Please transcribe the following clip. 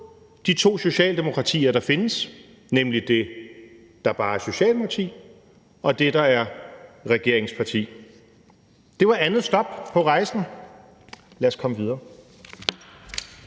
de to Socialdemokratier, der findes, nemlig det, der bare er Socialdemokratiet, og det, der er regeringsparti. Det var andet stop på rejsen. Lad os komme videre.